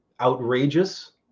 outrageous